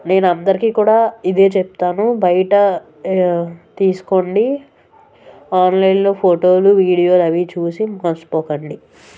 నేనందరికి కూడా ఇదే చెప్తాను బయట తీసుకోండి ఆన్లైన్లో ఫొటోలు వీడియోలవి చూసి మోసపోకండి